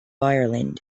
ireland